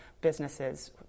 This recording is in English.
businesses